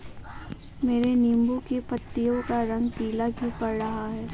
मेरे नींबू की पत्तियों का रंग पीला क्यो पड़ रहा है?